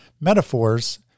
metaphors